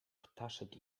ptaszek